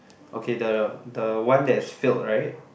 okay the the one that's filled right